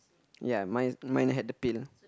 ya mine is mine had the pin